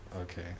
Okay